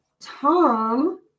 Tom